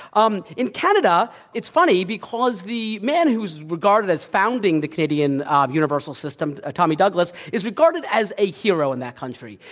um in canada, it's funny, because the man who's regarded as founding the canadian um universal system, tommy douglas, is regarded as a hero in that country.